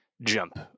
jump